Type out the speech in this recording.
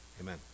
Amen